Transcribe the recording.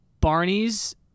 Barney's